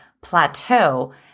plateau